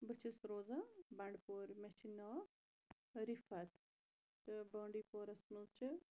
بہٕ چھَس روزان بَنڈپور مےٚ چھُ ناو رِفَت تہٕ بانڈی پورَس مَنٛز چھِ